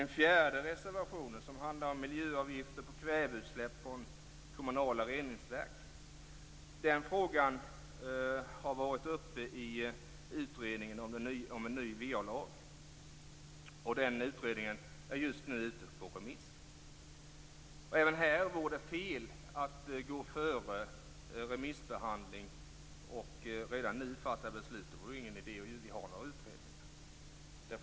Den fjärde reservationen handlar om miljöavgifter på kväveutsläpp från kommunala reningsverk. Frågan har varit uppe i utredningen om en ny VA-lag. Den utredningen är just nu ute på remiss. Även här vore det fel att gå före remissbehandling och redan nu fatta beslut. Då vore det ju ingen idé att ha några utredningar.